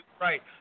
Right